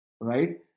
right